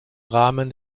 rahmen